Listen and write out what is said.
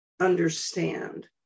understand